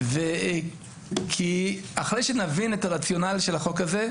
כי אחרי שנבין את הרציונל של החוק הזה,